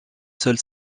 sols